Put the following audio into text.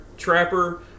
Trapper